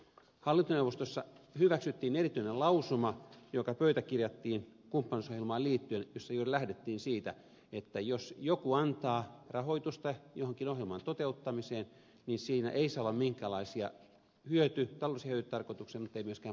hallintoneuvostossa hyväksyttiin erityinen lausuma joka pöytäkirjattiin kumppanuusohjelmaan liittyen jossa juuri lähdettiin siitä että jos joku antaa rahoitusta jonkin ohjelman toteuttamiseen niin siinä ei saa olla minkäänlaisia taloudellisia hyötytarkoituksia mutta ei myöskään poliittisia hyötytarkoituksia